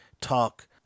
talk